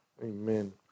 Amen